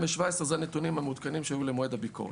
אלה הנתונים המעודכנים שהיו למועד הביקורת.